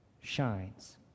shines